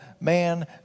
man